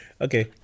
Okay